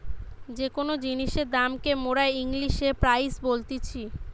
যে কোন জিনিসের দাম কে মোরা ইংলিশে প্রাইস বলতিছি